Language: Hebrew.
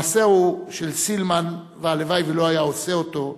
מעשהו של סילמן, והלוואי שלא היה עושה אותו,